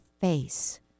face